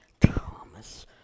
Thomas